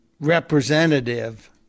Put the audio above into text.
representative